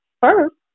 First